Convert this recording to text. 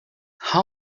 how